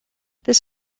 this